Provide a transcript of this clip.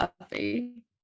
coffee